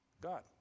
god